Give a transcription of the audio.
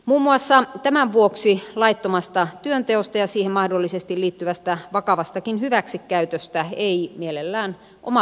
muun muassa tämän vuoksi laittomasta työnteosta ja siihen mahdollisesti liittyvästä vakavastakin hyväksikäytöstä ei mielellään oma aloitteisesti kerrota